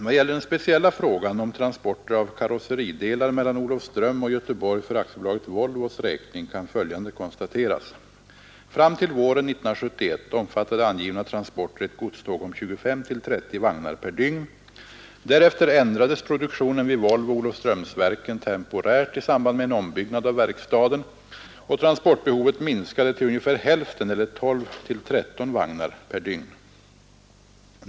Vad gäller den speciella frågan om transporter av karosseridelar mellan Olofström och Göteborg för AB Volvos räkning kan följande konstateras. Fram till våren 1971 omfattade angivna transporter ett godståg om 25—30 vagnar per dygn. Därefter ändrades produktionen vid Volvo/Olofströmsverken temporärt i samband med en ombyggnad av verkstaden, och transportbehovet minskade till ungefär hälften eller 12—13 vagnar per dygn.